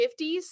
50s